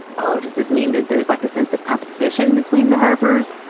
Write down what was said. oh, does this mean that there's like a sense of competition between the harpers?